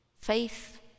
Faith